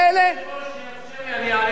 אם היושב-ראש יאפשר לי אני אענה לך.